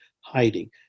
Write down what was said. hiding